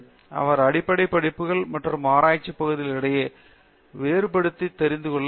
அவர் அடிப்படை படிப்புகள் மற்றும் ஆராய்ச்சி பகுதிகளில் இடையே வேறுபடுத்தி தெரிந்து கொள்ள வேண்டும்